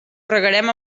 regarem